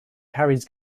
carries